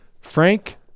Frank